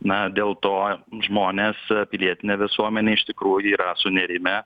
na dėl to žmonės pilietinė visuomenė iš tikrųjų yra sunerimę